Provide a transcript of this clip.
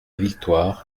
victoire